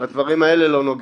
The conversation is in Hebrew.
בדברים האלה אנחנו לא נוגעים.